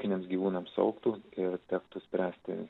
ūkiniams gyvūnams augtų ir tektų spręsti